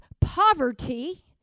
poverty